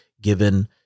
given